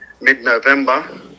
mid-November